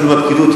לפעמים מהפקידות,